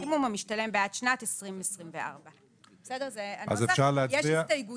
חימום המשתלם בעד שנת 2024. יש הסתייגויות.